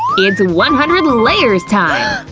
it's one hundred layers time!